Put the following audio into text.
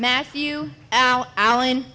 matthew now allan